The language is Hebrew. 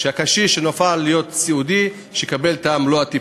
שהקשיש שנפל להיות סיעודי יקבל את מלוא הטיפול.